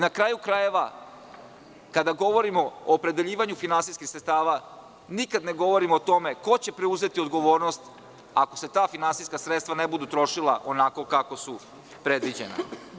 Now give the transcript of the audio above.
Na kraju krajeva, kada govorimo o opredeljivanju finansijskih sredstava, nikad ne govorimo o tome ko će preuzeti odgovornost ako se ta finansijska sredstva ne budu trošila onako kako su predviđena.